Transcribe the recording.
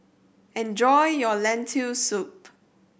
enjoy your Lentil Soup